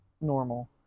normal